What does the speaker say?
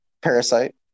Parasite